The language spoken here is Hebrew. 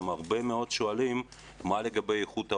הרבה מאוד שואלים גם לגבי איכות ההוראה,